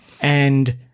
and-